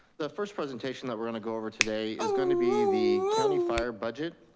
the first presentation that we're gonna go over today is gonna be the county fire budget,